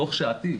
דוח שעתי.